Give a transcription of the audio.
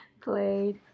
played